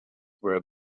where